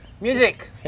music